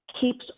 keeps